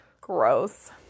Gross